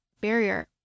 barrier